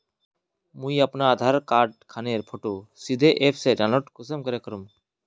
मुई अपना आधार कार्ड खानेर फोटो सीधे ऐप से डाउनलोड कुंसम करे करूम?